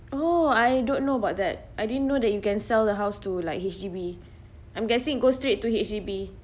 oh I don't know about that I didn't know that you can sell the house to like H_D_B I'm guessing it goes straight to H_D_B